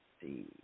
see